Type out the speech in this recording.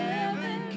Heaven